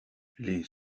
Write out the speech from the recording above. les